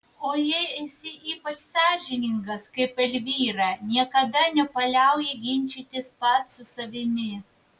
o jei esi ypač sąžiningas kaip elvyra niekada nepaliauji ginčytis pats su savimi